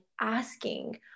asking